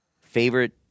Favorite